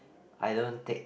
I don't take